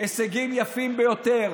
הישגים יפים ביותר.